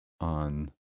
on